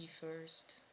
first